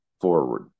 forward